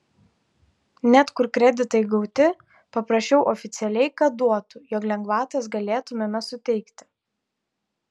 net kur kreditai gauti paprašiau oficialiai kad duotų jog lengvatas galėtumėme suteikti